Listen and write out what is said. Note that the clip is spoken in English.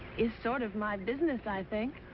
it's sort of my business, i think.